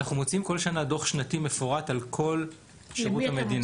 אנחנו מוציאים כל שנה דוח שנתי מפורט על כל שירות המדינה.